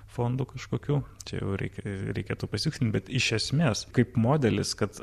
fondų kažkokių čia jau reikia reikėtų pasitikslint bet iš esmes kaip modelis kad